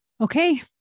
Okay